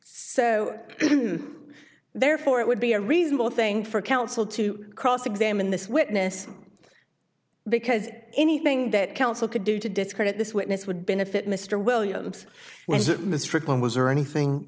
so therefore it would be a reasonable thing for counsel to cross examine this witness because anything that counsel could do to discredit this witness would benefit mr williams was it mr quinn was or anything